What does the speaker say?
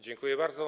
Dziękuję bardzo.